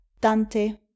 Dante